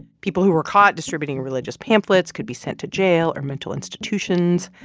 people who were caught distributing religious pamphlets could be sent to jail or mental institutions.